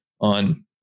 on